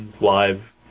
live